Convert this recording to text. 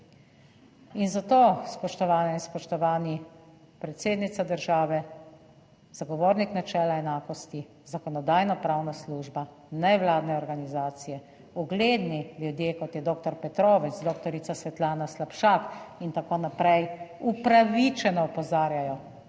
In zato spoštovane in spoštovani, predsednica države, zagovornik načela enakosti, Zakonodajno-pravna služba, nevladne organizacije, ugledni ljudje, kot je dr. Petrovec, dr. Svetlana Slapšak in tako naprej, upravičeno opozarjajo,